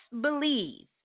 believe